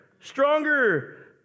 stronger